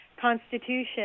Constitution